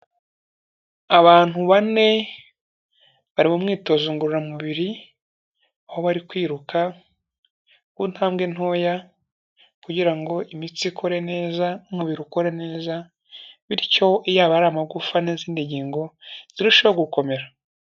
Abantu bane bari mu umwitozo ngororamubiri, aho bari kwiruka ku ntambwe ntoya, kugira ngo imitsi ikore neza n'umubiri ukore neza, bityo iyaba ari amagufa n'izindi ngingo zirushaho gukomera.